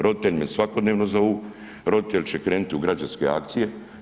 Roditelji me svakodnevno zovu, roditelji će krenuti u građanske akcije.